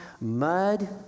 mud